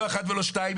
לא אחת ולא שתיים.